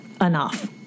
enough